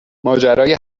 ماجرای